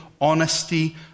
honesty